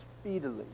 speedily